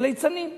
לליצנים.